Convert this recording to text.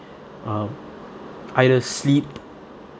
uh either sleep